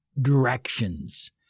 directions